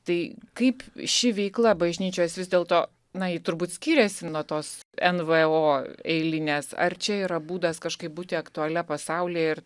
tai kaip ši veikla bažnyčios vis dėlto na ji turbūt skyriasi nuo tos n v o eilinės ar čia yra būdas kažkaip būti aktualia pasaulyje ir